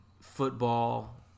football